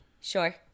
Sure